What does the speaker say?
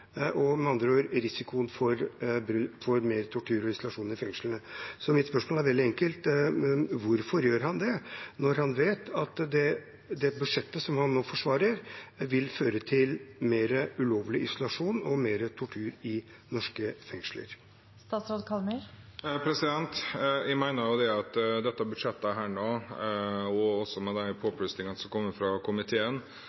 øker. Med andre ord øker risikoen for mer tortur og isolasjon i fengslene. Så mitt spørsmål er veldig enkelt: Hvorfor gjør han det, når han vet at det budsjettet han nå forsvarer, vil føre til mer ulovlig isolasjon og mer tortur i norske fengsler? Jeg mener at dette budsjettet, også med de